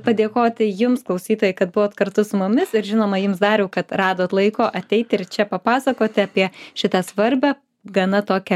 padėkoti jums klausytojai kad buvot kartu su mumis ir žinoma jums dariau kad radot laiko ateit ir čia papasakoti apie šitą svarbią gana tokią